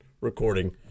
recording